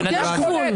יש גבול.